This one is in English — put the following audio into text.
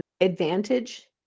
advantage